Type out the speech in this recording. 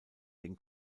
den